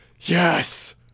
Yes